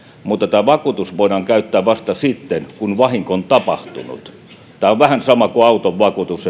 mutta tämä vakuutus voidaan käyttää vasta sitten kun vahinko on tapahtunut tämä on vähän sama kuin auton vakuutus